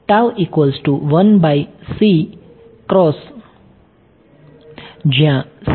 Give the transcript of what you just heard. જ્યાં એ લાઇટ ની સ્પીડ છે